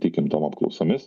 tikim tom apklausomis